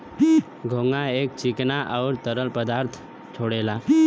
घोंघा एक चिकना आउर तरल पदार्थ छोड़ेला